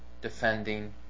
defending